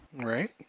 Right